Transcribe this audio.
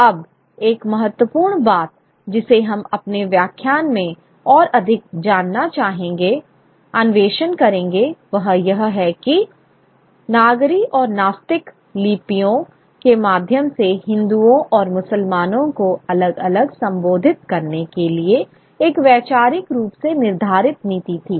अब एक महत्वपूर्ण बात जिसे हम अपने व्याख्यान में और अधिक जानना चाहेंगे अन्वेषण करेंगे वह यह है कि नागरी और नास्तिक लिपियों के माध्यम से हिंदुओं और मुसलमानों को अलग अलग संबोधित करने के लिए एक वैचारिक रूप से निर्धारित नीति थी